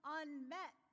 unmet